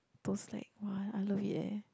those like !wah! I love it eh